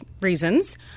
reasons